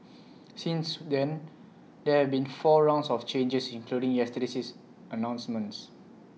since then there have been four rounds of changes including yesterday's announcements